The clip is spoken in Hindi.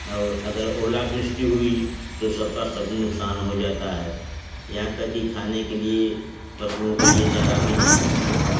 और अगर औलावृष्टि हुई तो सब का सब नुकसान हो जाता है यहाँ तक की खाने के लिए पशुओ के लिए चारा भी नहीं बचता है